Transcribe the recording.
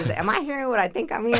am i hearing what i think i'm yeah